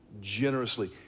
generously